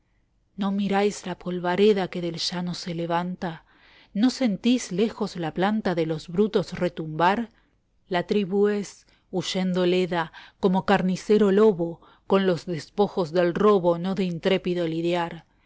no miráis la polvareda que del llano se levanta no sentís lejos la planta de los brutos retumbar la tribu es huyendo leda como carnicero lobo con los despojos del robo no de intrépido lidiar